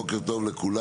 בוקר טוב לכולם.